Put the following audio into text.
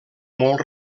molt